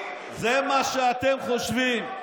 למה אתה מתבייש שאתה ערבי?